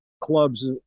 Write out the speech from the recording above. clubs